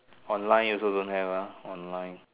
online also don't have ah online